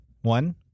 One